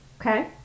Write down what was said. okay